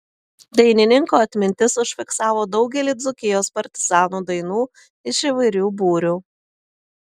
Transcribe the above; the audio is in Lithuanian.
dainininko atmintis užfiksavo daugelį dzūkijos partizanų dainų iš įvairių būrių